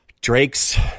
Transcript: Drake's